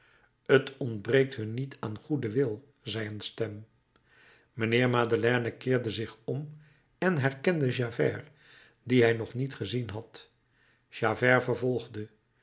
t ontbreekt hun niet aan goeden wil zei een stem mijnheer madeleine keerde zich om en herkende javert dien hij nog niet gezien had javert vervolgde